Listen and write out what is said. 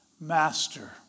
Master